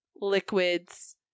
liquids